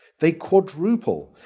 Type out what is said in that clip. they quadruple,